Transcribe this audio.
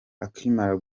akimara